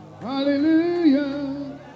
hallelujah